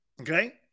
Okay